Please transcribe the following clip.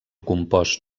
compost